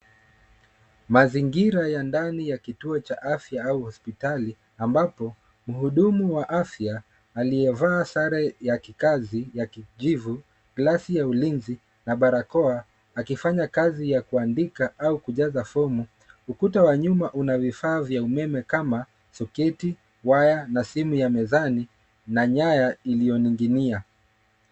Mazingira ya ndani ya kituo cha afya au hospitali ambapo muhudumu wa afya aliyevaa sare ya kikazi ya kijivu, glasi ya ulinzi na barakoa akifanya kazi ya kuandika au kujaza fomu. Ukuta wa nyuma una vifaa vya umeme kama, soketi, waya na simu ya mezani na nyaya iliyoninginia.